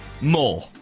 More